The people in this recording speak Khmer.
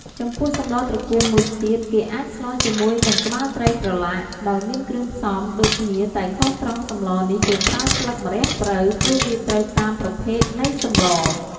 ចំពោះសម្លត្រកួនមួយទៀត គេអាចស្លជាមួយនឹងក្បាលត្រីប្រឡាក់ ដោយមានគ្រឿងផ្សំដូចគ្នាតែខុសត្រង់សម្លនេះគេប្រើស្លឹកម្រះព្រៅ ព្រោះវាត្រូវតាមប្រភេទនៃសម្ល។